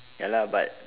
ya lah but